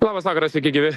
labas vakaras sveiki gyvi